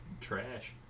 trash